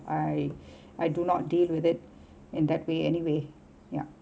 I I do not deal with it in that way anyway ya